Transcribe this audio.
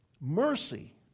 Mercy